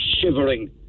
shivering